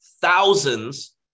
thousands